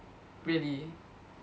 really